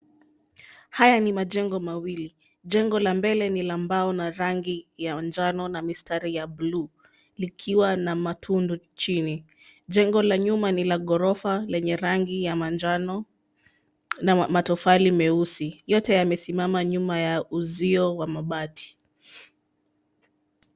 Haya ni majengo mawili. Jengo la mbele ni la mbao na rangi ya njano na mistari ya buluu likiwa na matundu chini. Jengo la nyuma ni la ghorofa lenye rangi ya manjano na matofali meusi. Yote yamesimama nyuma ya uzio wa mabati.